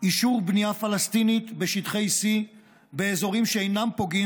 אישור בנייה פלסטינית בשטחי C באזורים שאינם פוגעים